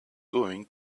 going